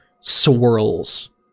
swirls